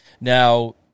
Now